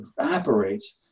evaporates